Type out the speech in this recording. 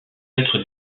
être